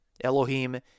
Elohim